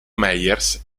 myers